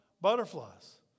butterflies